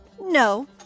No